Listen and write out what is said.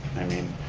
i mean,